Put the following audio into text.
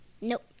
Nope